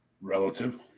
relative